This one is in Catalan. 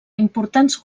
importants